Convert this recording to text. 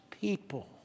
people